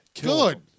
Good